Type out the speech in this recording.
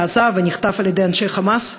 עזב ונחטף על-ידי אנשי "חמאס".